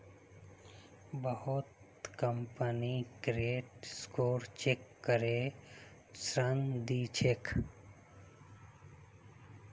बहुत company credit score check करे ऋण दी छेक